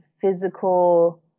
physical